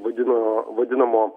vadino vadinamo